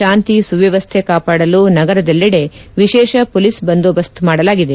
ಶಾಂತಿ ಸುವ್ಯವಸ್ಥೆ ಕಾಪಾಡಲು ನಗರದೆಲ್ಲೆಡೆ ವಿಶೇಷ ಪೊಲೀಸ್ ಬಂದೋಬಸ್ತ್ ಮಾಡಲಾಗಿದೆ